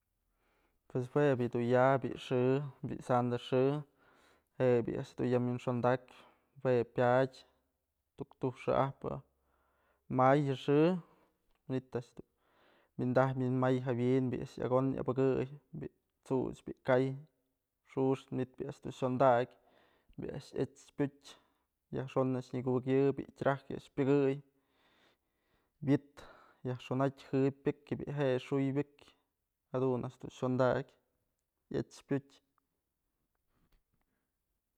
Pues jue bi'i du ya, bi'i xë, bi'i sandë xë, je'e ni'i a'ax dun ya wi'inxondakpyë jue pyadyëtuktuk xë'ajpë mayo xë, manytë a'ax dun windaj winmay jawi'in bi'i a'ax yakon yabëkëy bi'i t'such bi'i kay, xuxtë manytë bi'i a'ax dun xyondakyë. bi'i a'ax iet's pyutë, yajxon a'ax nyëkubëkyë bi'i traje a'ax pyëkëy, wi'it yajxonatë jë'ëp pëkyë bi'i je'e xux byëk jadun a'ax dun xondak, iet's pyutë.